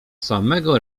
samego